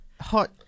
hot